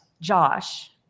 Josh